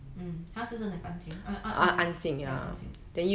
mm 他是真的干净额啊啊安静 ya